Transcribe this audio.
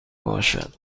باشد